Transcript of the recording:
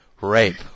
Rape